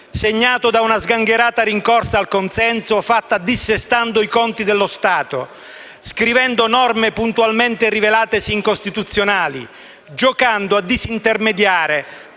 segnato da una sgangherata rincorsa al consenso fatta dissestando i conti dello Stato, scrivendo norme puntualmente rivelatesi incostituzionali, giocando a "disintermediare":